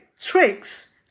tricks